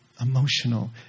emotional